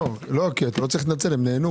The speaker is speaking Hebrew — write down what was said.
תודה רבה